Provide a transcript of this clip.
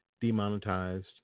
demonetized